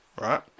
right